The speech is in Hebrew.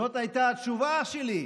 זאת הייתה התשובה שלי.